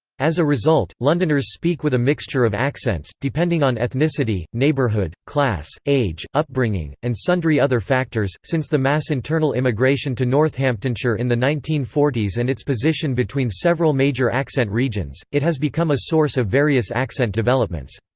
as a result, londoners speak with a mixture of accents, depending on ethnicity, neighbourhood, class, age, upbringing, and sundry other factors since the mass internal immigration to northamptonshire in the nineteen forty s and its position between several major accent regions, it has become a source of various accent developments.